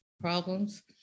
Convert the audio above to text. problems